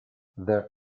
there